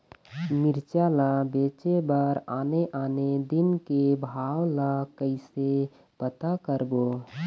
मिरचा ला बेचे बर आने आने दिन के भाव ला कइसे पता करबो?